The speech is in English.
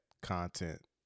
content